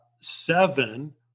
seven